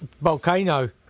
Volcano